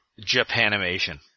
Japanimation